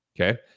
Okay